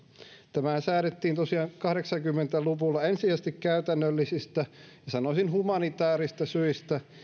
tämähän säädettiin tosiaan kahdeksankymmentä luvulla ensisijaisesti käytännöllisistä ja sanoisin humanitäärisistä syistä